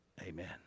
Amen